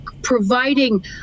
Providing